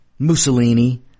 Mussolini